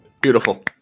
Beautiful